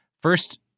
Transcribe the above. first